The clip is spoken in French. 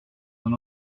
dans